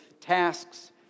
tasks